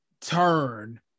turn